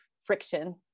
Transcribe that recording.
friction